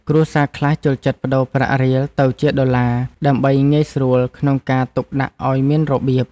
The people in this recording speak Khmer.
គ្រួសារខ្លះចូលចិត្តប្តូរប្រាក់រៀលទៅជាដុល្លារ ដើម្បីងាយស្រួលក្នុងការទុកដាក់ឱ្យមានរបៀប។